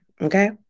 Okay